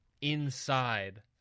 Inside